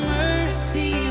mercy